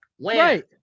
Right